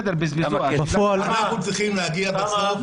אוסאמה, אוסאמה.